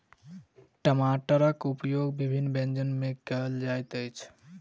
टमाटरक उपयोग विभिन्न व्यंजन मे कयल जाइत अछि